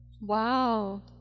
Wow